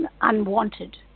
unwanted